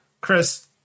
Chris